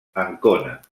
ancona